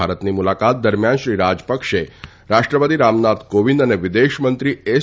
ભારતની મુલાકાત દરમિયાન શ્રી રાજપક્ષે રાષ્ટ્રપતિ રામનાથ કોવિંદ અને વિદેશ મંત્રી એસ